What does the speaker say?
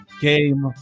game